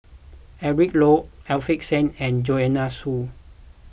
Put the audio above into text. Eric Low Alfian Sa'At and Joanne Soo